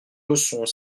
leçons